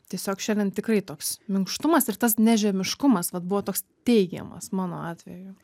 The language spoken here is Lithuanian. tiesiog šiandien tikrai toks minkštumas ir tas nežemiškumas vat buvo toks teigiamas mano atveju